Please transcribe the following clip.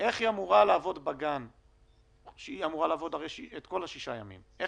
איך היא אמורה לעבוד את כל השישה ימים עם